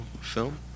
film